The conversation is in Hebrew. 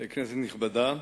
כנסת נכבדה,